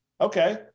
okay